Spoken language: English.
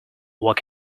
work